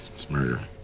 it's murder.